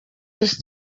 this